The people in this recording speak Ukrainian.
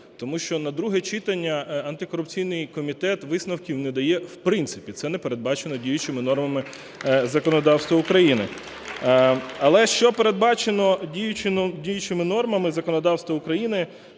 Тому що на друге читання антикорупційний комітет висновків не дає в принципі, це не передбачено діючими нормами законодавства України. Але, що передбачено діючими нормами законодавства України,